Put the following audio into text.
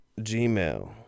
Gmail